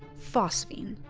phosphine,